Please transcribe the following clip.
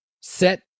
set